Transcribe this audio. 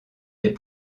des